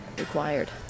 required